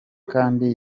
kandi